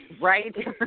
Right